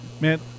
man